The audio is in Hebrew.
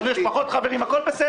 לנו יש פחות חברים - הכול בסדר.